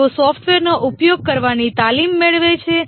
તેઓ સોફ્ટવેરનો ઉપયોગ કરવાની તાલીમ મેળવે છે